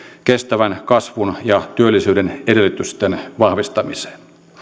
kestävän kasvun ja työllisyyden edellytysten vahvistamiseen